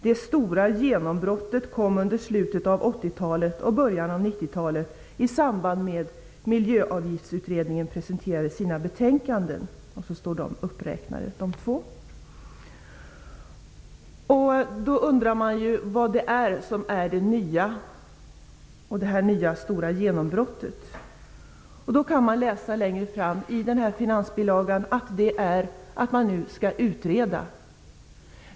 Det stora genombrottet kom under slutet av 1980 och början av 1990-talet i samband med att Man undrar då vari det nya, det stora genombrottet består. Man kan läsa längre fram i denna bilaga att det är att det nu skall utredas.